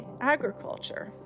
agriculture